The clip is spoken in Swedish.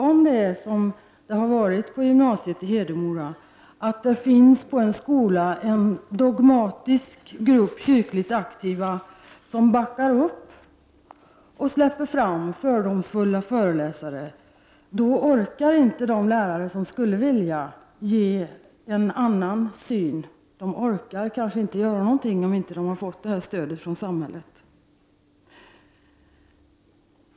Om det är så som det har varit på gymnasiet i Hedemora att det på en skola finns en dogmatisk grupp kyrkligt aktiva som backar upp och släpper fram en fördomsfull föreläsare, orkar inte de lärare som skulle vilja, ge en annan syn. De orkar kanske inte göra något om de inte får stöd från samhället.